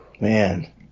Man